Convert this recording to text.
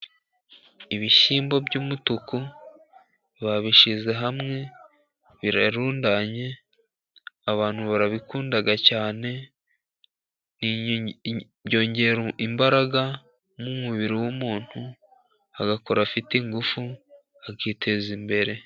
Ibishyimbo by'umutuku babishyize hamwe birarundanye abantu barabikunda cyane byongera imbaraga mu mubiri w'umuntu, agakora afite ingufu, akiteza imbere.